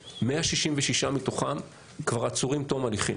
166 מתוך ה-531 כבר עצורים תום הליכים.